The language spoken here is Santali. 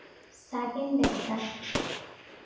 ᱥᱟᱜᱮᱱ ᱵᱮᱥᱨᱟ